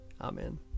Amen